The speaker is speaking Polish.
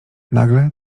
nagle